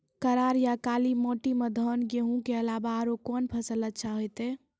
करार या काली माटी म धान, गेहूँ के अलावा औरो कोन फसल अचछा होतै?